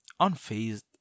unfazed